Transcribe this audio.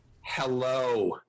Hello